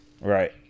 right